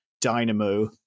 dynamo